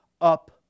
up